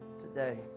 Today